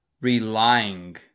relying